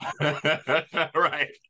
Right